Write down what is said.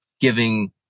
giving